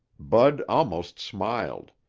bud almost smiled.